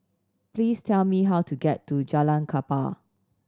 please tell me how to get to Jalan Kapal